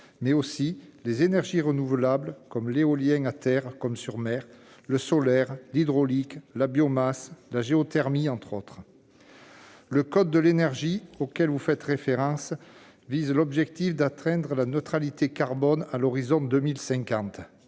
mais aussi les énergies renouvelables, comme l'éolien, à terre ou sur mer, le solaire, l'hydraulique, la biomasse, la géothermie, entre autres sources. Le code de l'énergie, auquel vous faites référence, vise l'objectif de neutralité carbone à l'horizon 2050.